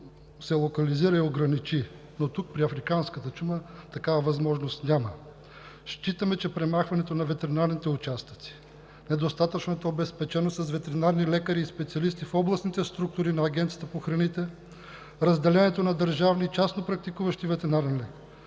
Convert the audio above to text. се локализира и ограничи, но, тук, при африканската чума, такава възможност няма. Считаме, че премахването на ветеринарните участъци, недостатъчната обезпеченост с ветеринарни лекари и специалисти в областните структури на Агенцията по храните, разделението на държавни и частни практикуващи ветеринарни лекари,